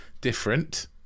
different